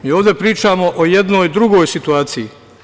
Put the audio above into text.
Mi ovde pričamo o jednoj drugoj situaciji.